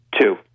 Two